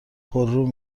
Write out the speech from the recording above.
پررو